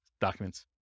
documents